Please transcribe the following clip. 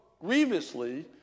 grievously